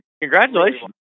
Congratulations